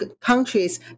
countries